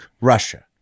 Russia